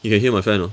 you can hear my fan ah